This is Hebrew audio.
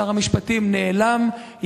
שר המשפטים נעלם,